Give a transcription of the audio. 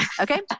Okay